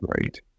right